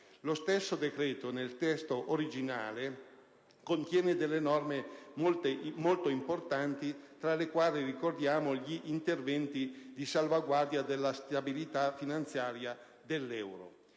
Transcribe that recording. Lo stesso decreto nel testo originale contiene delle norme molto importanti, tra le quali ricordiamo gli interventi di salvaguardia della stabilità finanziaria dell'euro.